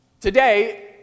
Today